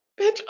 Bitch